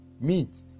meat